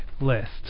List